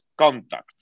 contact